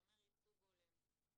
הוא אומר ייצוג הולם.